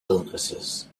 illnesses